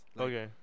Okay